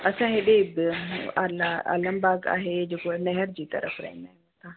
असां एॾे आला आलमबाग आहे हे जेको नहर जी तरफ़ रहंदा आहियूं असां